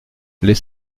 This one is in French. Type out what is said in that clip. les